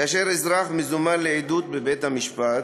כאשר אזרח מזומן לעדות בבית-המשפט,